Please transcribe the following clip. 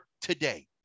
today